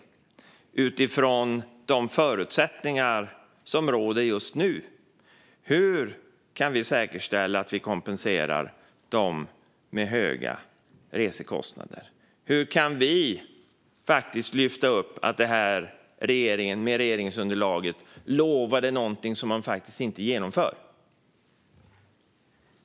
Hur kan vi utifrån de förutsättningar som råder just nu säkerställa att vi kompenserar dem som har höga resekostnader? Hur kan vi lyfta upp att den här regeringen, med regeringsunderlaget, lovade någonting som de faktiskt inte genomför?